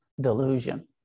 Delusion